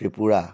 Tripura